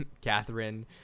Catherine